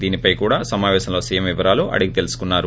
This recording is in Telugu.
దీనిపై కూడా సమావేశంలో సీఎం వివరాలు అడిగి తెలుసుకున్నారు